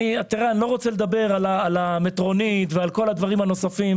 אני לא רוצה לדבר על המטרונית ועל כל הדברים הנוספים,